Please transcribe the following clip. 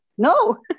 no